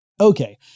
Okay